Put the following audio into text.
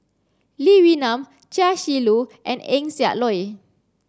Lee Wee Nam Chia Shi Lu and Eng Siak Loy